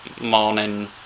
Morning